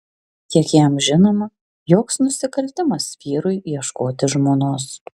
kiek jam žinoma joks nusikaltimas vyrui ieškoti žmonos